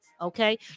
okay